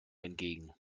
entgegen